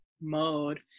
mode